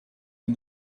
and